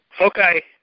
Okay